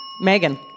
Megan